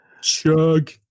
Chug